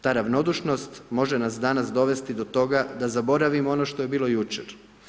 Ta ravnodušnost može nas danas dovesti do toga da zaboravimo ono što je bilo jučer.